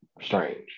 Strange